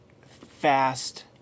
fast